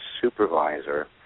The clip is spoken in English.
supervisor